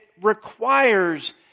requires